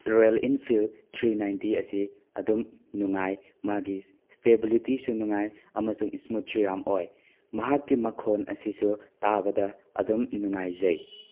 royal Enfield three ninety ꯑꯁꯤ ꯑꯗꯨꯝ ꯅꯨꯡꯉꯥꯏ ꯃꯥꯒꯤ ꯁ꯭ꯇꯦꯕꯤꯂꯤꯇꯤꯁꯨ ꯅꯨꯡꯉꯥꯏ ꯑꯃꯁꯨꯡ ꯁ꯭ꯃꯨꯠꯁꯨ ꯌꯥꯝꯅ ꯑꯣꯏ ꯃꯍꯥꯛꯀꯤ ꯃꯈꯣꯜ ꯑꯁꯤꯁꯨ ꯇꯥꯕꯗ ꯑꯗꯨꯝ ꯅꯨꯡꯉꯥꯏꯖꯩ